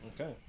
Okay